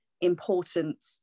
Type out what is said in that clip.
important